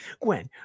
Gwen